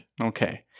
Okay